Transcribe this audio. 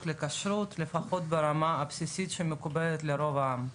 לכשרות לפחות ברמה הבסיסית שמקובלת על רוב העם.